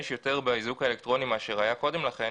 יותר באיזוק האלקטרוני מאשר קודם לכן,